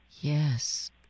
Yes